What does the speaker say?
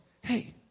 hey